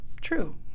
true